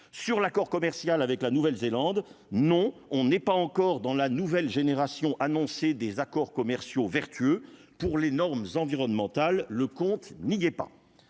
sur l'accord commercial avec la Nouvelle-Zélande, non, on n'est pas encore dans la nouvelle génération annoncé des accords commerciaux vertueux pour les normes environnementales, le compte n'y est pas